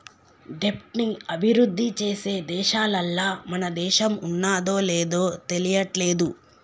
దెబ్ట్ ని అభిరుద్ధి చేసే దేశాలల్ల మన దేశం ఉన్నాదో లేదు తెలియట్లేదు